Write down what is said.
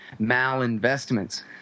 malinvestments